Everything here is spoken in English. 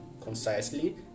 concisely